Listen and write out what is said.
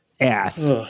Ass